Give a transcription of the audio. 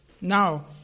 Now